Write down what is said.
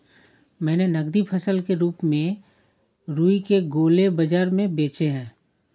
मैंने नगदी फसल के रूप में रुई के गोले बाजार में बेचे हैं